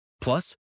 Plus